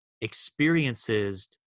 experiences